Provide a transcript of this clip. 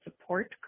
support